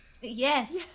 yes